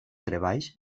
treballs